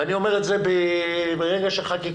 ואני אומר את זה ברגע של חקיקה.